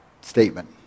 statement